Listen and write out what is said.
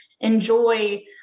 enjoy